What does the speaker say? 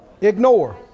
ignore